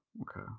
okay